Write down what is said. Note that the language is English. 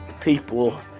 people